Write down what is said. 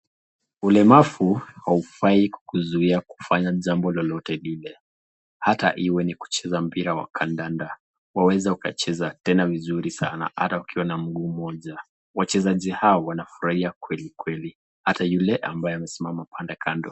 Ulemavu haufai kukuzuia kufanya jambo lolote lile, hata iwe ni kucheza mpira wa kadanda, waweza ukacheza tena vizuri sana, ata ukiwa na mguu mmoja, wachezaji hao wanafurahia kweli kweli, hata yule aliyesimama pale kando.